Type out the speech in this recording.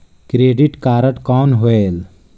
Credit card कौन होएल?